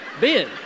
Ben